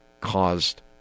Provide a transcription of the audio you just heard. caused